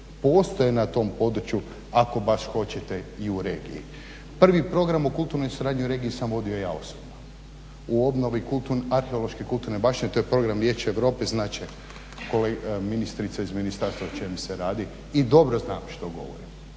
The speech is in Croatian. postoje na tom području ako baš hoćete i u regiji. Prvi program u kulturnoj suradnji u regiji sam vodio ja osobno u obnovi arheološke kulturne baštine, to je program Vijeća Europe, znat će ministrica iz ministarstva o čemu se radi i dobro znam što govorim.